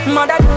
Mother